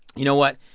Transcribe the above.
you know what?